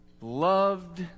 loved